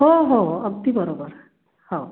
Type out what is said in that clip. हो हो अगदी बरोबर हो